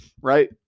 right